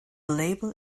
label